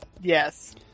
yes